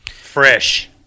Fresh